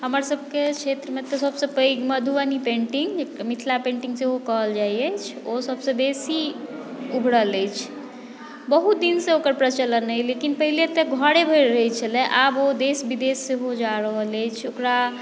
हमर सभक क्षेत्रमे तऽ सभसे पैघ मधुबनी पेंटिंग मिथिला पेंटिंग सेहो कहल जाइत अछि ओ सभसे बेसी उभरल अछि बहुत दिनसँ ओकर प्रचलन अछि लेकिन पहिले तऽ घऽरे भरि रहै छलै आब ओ देश विदेश सेहो जा रहल अछि ओकरा